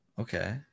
Okay